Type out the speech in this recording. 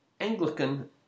Anglican